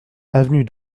avenue